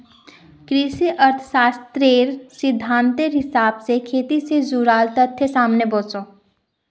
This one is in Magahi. कृषि अर्थ्शाश्त्रेर सिद्धांतेर हिसाब से खेटी से जुडाल तथ्य सामने वोसो